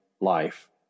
life